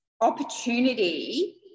opportunity